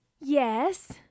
Yes